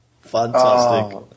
Fantastic